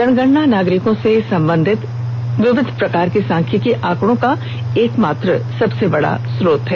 जनगणना नागरिकों से संबंधित विविध प्रकार के सांख्यिकी आंकड़ों का एकमात्र सबसे बड़ा स्रोत्र है